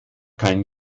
kein